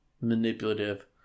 manipulative